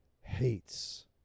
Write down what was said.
hates